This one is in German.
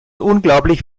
unglaublich